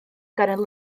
gan